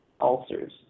ulcers